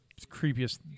creepiest